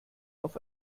auf